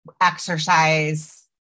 exercise